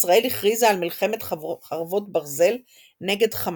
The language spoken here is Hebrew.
ישראל הכריזה על מלחמת חרבות ברזל נגד חמאס.